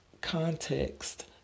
context